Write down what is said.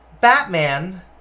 Batman